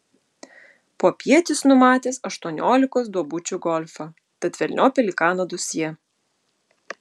popiet jis numatęs aštuoniolikos duobučių golfą tad velniop pelikano dosjė